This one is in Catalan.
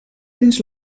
dins